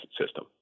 system